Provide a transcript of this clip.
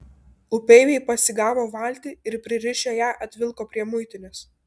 upeiviai pasigavo valtį ir pririšę ją atvilko prie muitinės